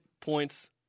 points